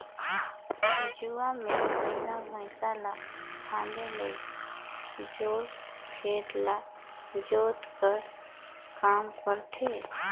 जुवा मे बइला भइसा ल फादे ले सोझ खेत ल जोत कर काम करथे